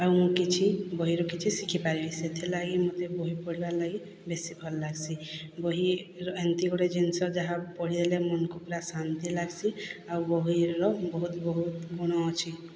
ଆଉ ମୁଁ କିଛି ବହିରୁ କିଛି ଶିଖିପାରିବି ସେଥିଲାଗି ମୋତେ ବହି ପଢ଼ିବାର ଲାଗି ବେଶୀ ଭଲ ଲାଗସି ବହି ଏମିତି ଗୋଟେ ଜିନିଷ ଯାହା ପଢ଼ିଲେ ମନକୁ ପୁରା ଶାନ୍ତି ଲାଗସି ଆଉ ବହିର ବହୁତ ବହୁତ ଗୁଣ ଅଛି